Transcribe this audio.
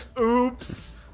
Oops